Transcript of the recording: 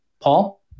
Paul